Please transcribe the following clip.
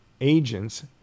agents